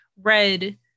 read